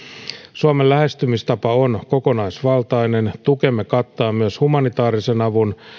suomen lähestymistapa on kokonaisvaltainen tukemme kattaa myös humanitaarisen avun